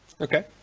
Okay